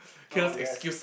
oh yes